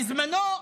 בזמנו,